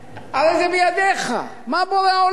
הרי זה בידיך, מה בורא עולם?